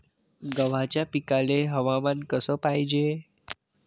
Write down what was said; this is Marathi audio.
गव्हाच्या पिकाले हवामान कस पायजे?